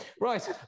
Right